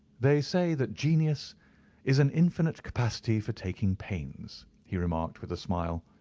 they say that genius is an infinite capacity for taking pains, he remarked with a smile.